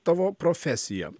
tavo profesija